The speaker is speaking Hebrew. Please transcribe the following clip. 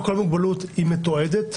ולא כל מוגבלות היא מתועדת,